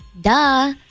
duh